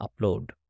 upload